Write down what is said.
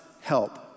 help